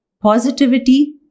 Positivity